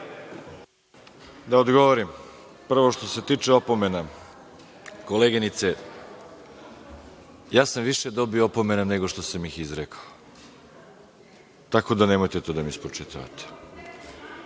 Da odgovorim. Prvo, što se tiče opomena, koleginice, ja sam više dobio opomena nego što sam ih izrekao, tako da nemojte to da mi spočitavate.